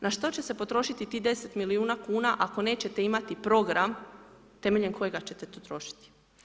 Na što će se potrošiti tih 10 milijuna kuna ako nećete imati program temeljem kojega ćete to trošiti?